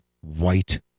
white